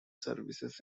services